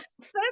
first